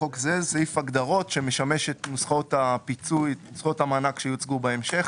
זה סעיף הגדרות שמשמש את נוסחאות המענק שיוצגו בהמשך.